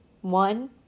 one